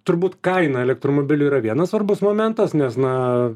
turbūt kaina elektromobilių yra vienas svarbus momentas nes na